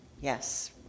Yes